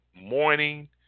morning